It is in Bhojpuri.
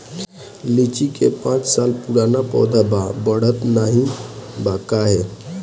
लीची क पांच साल पुराना पौधा बा बढ़त नाहीं बा काहे?